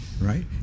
Right